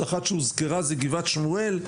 אחת שהוזכרה היא גבעת שמואל,